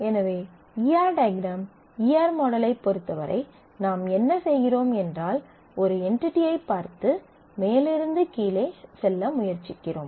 எனவே E R diagram E R மாடலைப் பொறுத்தவரை நாம் என்ன செய்கிறோம் என்றால் ஒரு என்டிடியைப் பார்த்து மேலிருந்து கீழே செல்ல முயற்சிக்கிறோம்